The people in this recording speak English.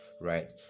right